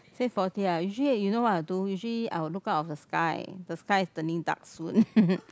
six forty ah usually you know what I will do usually I will look out of the sky the sky is turning dark soon